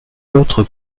autres